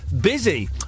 Busy